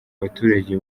baturage